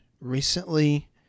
recently